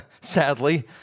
sadly